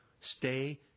stay